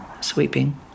Sweeping